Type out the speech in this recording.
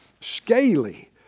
scaly